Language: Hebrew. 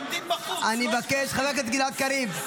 עומדים בחוץ --- חבר הכנסת גלעד קריב,